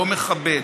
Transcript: לא מכבד,